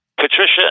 Patricia